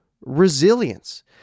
resilience